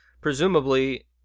presumably